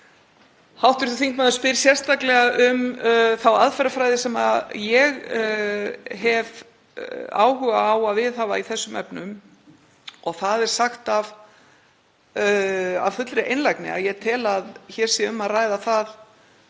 Hv. þingmaður spyr sérstaklega um þá aðferðafræði sem ég hef áhuga á að viðhafa í þessum efnum. Það er sagt af fullri einlægni að ég tel að hér sé um að ræða það